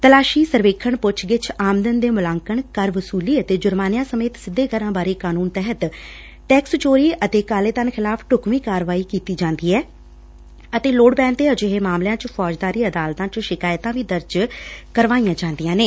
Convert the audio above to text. ਤਲਾਸ਼ੀ ਸਰਵੇਖਣ ਪੁੱਛ ਗਿੱਛ ਆਮਦਨ ਦੇ ਮੁਲਾਂਕਣ ਕਰ ਵਸੁਲੀ ਅਤੇ ਜੁਰਮਾਨਿਆਂ ਸਮੇਤ ਸਿੱਧੇ ਕਰਾਂ ਬਾਰੇ ਕਾਨੁੰਨ ਤਹਿਤ ਟੈਕਸ ਚੋਰੀ ਅਤੇ ਕਾਲੇ ਧਨ ਖਿਲਾਫ਼ ਢੁਕਵੀਂ ਕਾਰਵਾਈ ਕੀਤੀ ਜਾਂਦੀ ਐ ਅਤੇ ਲੋੜ ਪੈਣ ਤੇ ਅਜਿਹੇ ਮਾਮਲਿਆਂ ਚ ਫੌਜਦਾਰੀ ਅਦਾਲਤਾਂ ਚ ਸ਼ਿਕਾਇਤਾਂ ਦੀ ਦਰਜ ਕਰਾਈਆਂ ਜਾਂਦੀਆਂ ਨੇ